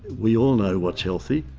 we all know what's healthy.